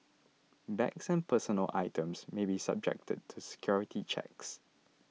bags and personal items may be subjected to security checks